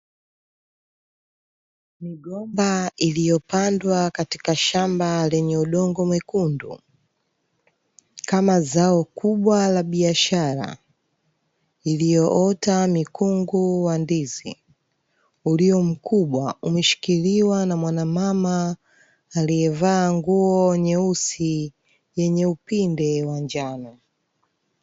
Migomba iliyopandwa katika shamba lenye udongo mwekundu, kama zao kubwa la biashara, iliyoota mkungu wa ndizi ulio mkubwa, umeshikiliwa na mwanamama aliyevaa nguo nyeusi yenye upinde wa njano.